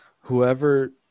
whoever